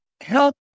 help